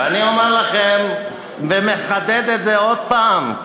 ואני אומר לכם ומחדד את זה עוד הפעם,